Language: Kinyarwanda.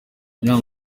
inama